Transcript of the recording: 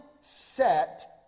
set